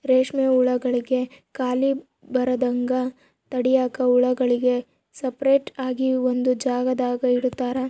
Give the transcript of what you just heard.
ರೇಷ್ಮೆ ಹುಳುಗುಳ್ಗೆ ಖಾಲಿ ಬರದಂಗ ತಡ್ಯಾಕ ಹುಳುಗುಳ್ನ ಸಪರೇಟ್ ಆಗಿ ಒಂದು ಜಾಗದಾಗ ಇಡುತಾರ